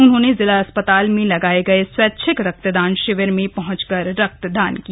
उन्होंने जिला अस्पताल में लगाए गए स्वैच्छिक रक्तदान शिविर में पहंचकर रक्तदान किया